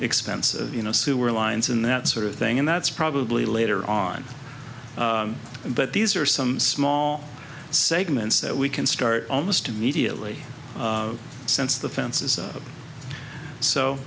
expensive you know sewer lines and that sort of thing and that's probably later on but these are some small segments that we can start almost immediately since the fence is so